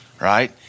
Right